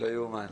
לא יאומן.